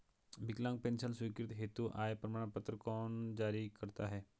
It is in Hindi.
विकलांग पेंशन स्वीकृति हेतु आय प्रमाण पत्र कौन जारी करता है?